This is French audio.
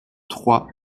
trois